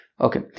Okay